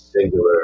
singular